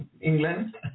England